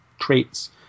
traits